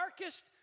darkest